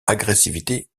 agressivité